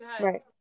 right